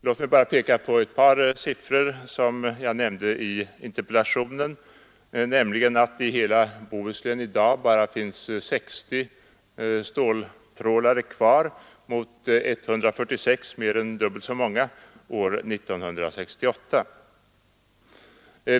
Låt mig bara peka på ett par siffror, som jag nämnde i interpellationen, nämligen att det i hela Bohuslän i dag bara finns 60 ståltrålare kvar mot 146 — mer än dubbelt så många — år 1968.